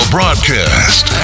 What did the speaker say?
Broadcast